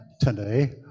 today